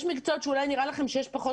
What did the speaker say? יש מקצועות שאולי נראה שיש בהם פחות